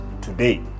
today